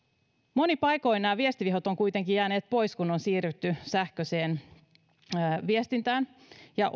monin paikoin nämä viestivihot ovat kuitenkin jääneet pois kun on siirrytty sähköiseen viestintään ja